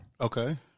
Okay